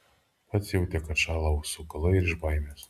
pats jautė kad šąla ausų galai iš baimės